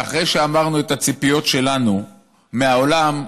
ואחרי שאמרנו מה הציפיות שלנו מהעולם,